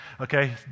Okay